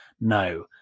No